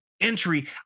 entry